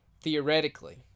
theoretically